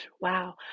wow